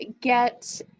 get